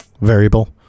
variable